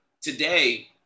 today